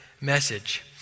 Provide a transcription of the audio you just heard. message